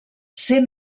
ser